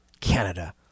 Canada